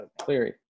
Cleary